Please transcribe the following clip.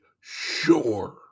sure